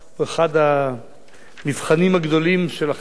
המבחנים הגדולים של החברות בעולם היום.